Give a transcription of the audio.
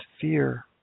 fear